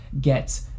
Get